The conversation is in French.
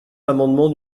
l’amendement